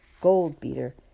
gold-beater